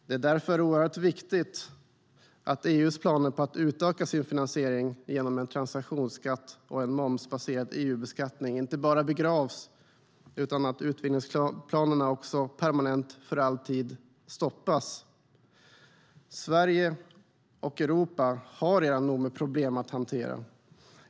Det är därför oerhört viktigt att EU:s planer på att utöka sin finansiering genom en transaktionsskatt och en momsbaserad EU-beskattning inte bara begravs utan att utvidgningsplanerna också permanent för all framtid stoppas. Sverige och Europa har redan nog med problem att hantera.